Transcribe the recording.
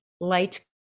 light